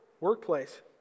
workplace